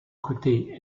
côté